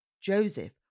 Joseph